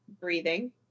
breathing